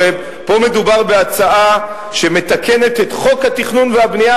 הרי פה מדובר בהצעה שמתקנת את חוק התכנון והבנייה,